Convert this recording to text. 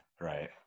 right